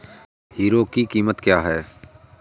Hero की कीमत क्या है?